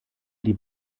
die